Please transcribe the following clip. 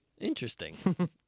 Interesting